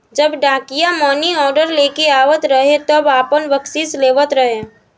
जब डाकिया मानीऑर्डर लेके आवत रहे तब आपन बकसीस लेत रहे